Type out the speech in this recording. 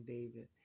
David